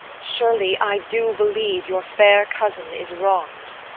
surely i do believe your fair cousin is wronged.